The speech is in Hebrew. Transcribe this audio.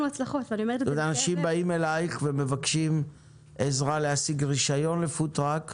אנשים באים אליך ומבקשים עזרה להשיג רישיון לפוד-טראק,